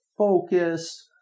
focused